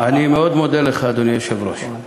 אני מאוד מודה לך, אדוני היושב-ראש.